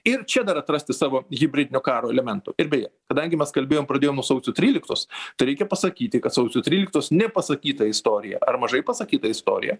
ir čia dar atrasti savo hibridinio karo elementų ir beje kadangi mes kalbėjom pradėjom nuo sausio tryliktos tai reikia pasakyti kad sausio tryliktos nepasakyta istorija ar mažai pasakyta istorija